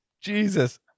Jesus